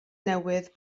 newydd